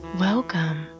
Welcome